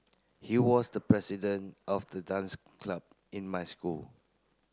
he was the president of the dance club in my school